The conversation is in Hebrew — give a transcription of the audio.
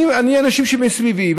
אנשים שמסביבי,